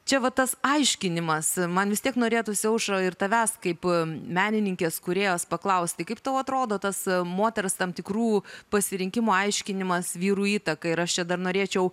čia va tas aiškinimas man vis tiek norėtųsi aušra ir tavęs kaip menininkės kūrėjos paklausti kaip tau atrodo tas moters tam tikrų pasirinkimų aiškinimas vyrų įtaka ir aš čia dar norėčiau